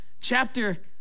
chapter